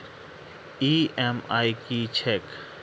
EMI की छैक?